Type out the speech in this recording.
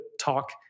talk